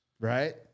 right